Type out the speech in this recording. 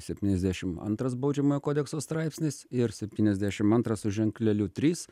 septynesdiašim antras baudžiamojo kodekso straipsnis ir septyniasdešim antras su ženkleliu trys